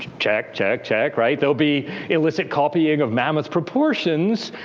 check, check, check, right? there'll be illicit copying of mammoth proportions.